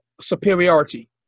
superiority